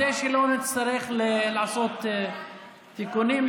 כדי שלא נצטרך לעשות תיקונים.